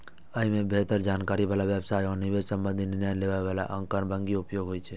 अय मे बेहतर जानकारी बला व्यवसाय आ निवेश संबंधी निर्णय लेबय लेल आंकड़ाक उपयोग होइ छै